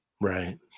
Right